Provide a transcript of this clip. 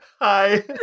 Hi